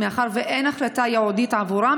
מאחר שאין החלטה ייעודית עבורה,